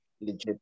legit